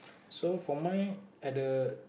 so for my other